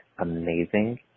amazing